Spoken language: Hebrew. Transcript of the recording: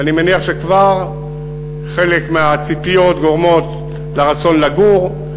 ואני מניח שכבר חלק מהציפיות גורמות לרצון לגור.